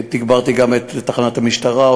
תגברתי גם את תחנת המשטרה,